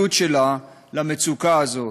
מהאחריות שלה למצוקה הזאת.